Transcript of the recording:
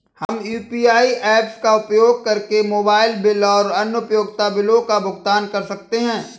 हम UPI apps का उपयोग करके मोबाइल बिल और अन्य उपयोगिता बिलों का भुगतान कर सकते हैं